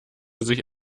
sich